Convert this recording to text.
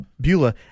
Beulah